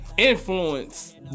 Influence